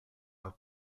are